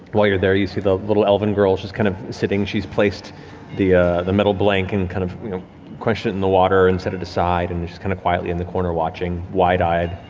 while you're there, you see the little elven girl, she's kind of sitting, she's placed the the metal blank and kind of you know quenched it in the water and set it aside and she's kind of quietly in the corner, watching wide-eyed,